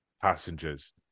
passengers